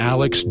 Alex